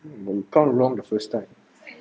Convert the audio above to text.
count wrong the first time